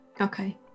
Okay